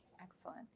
Excellent